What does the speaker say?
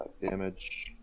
Damage